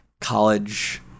college